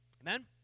Amen